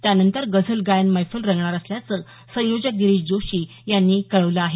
त्यानंतर गझल गायन मैफल रंगणार असल्याचं संयोजक गिरीश जोशी यांनी कळवलं आहे